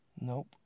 Nope